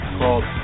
called